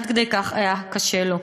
עד כדי כך היה קשה לו.